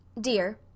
Dear